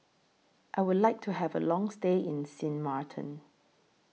I Would like to Have A Long stay in Sint Maarten